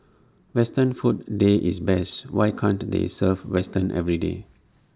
western food day is best why can't they serve western everyday